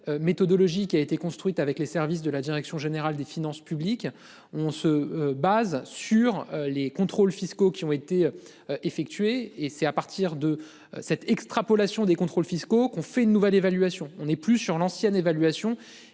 nouvelle méthodologie qui a été construite avec les services de la direction générale des finances publiques. On se base sur les contrôles fiscaux qui ont été. Effectués et c'est à partir de cette extrapolation des contrôles fiscaux qu'on fait une nouvelle évaluation on est plus sur l'ancienne évaluation